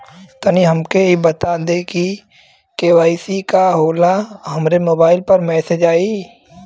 तनि हमके इ बता दीं की के.वाइ.सी का होला हमरे मोबाइल पर मैसेज आई?